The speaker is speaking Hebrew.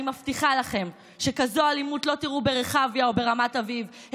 אני מבטיחה לכם שכזאת אלימות לא תראו ברחביה או ברמת אביב,